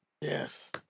Yes